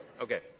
okay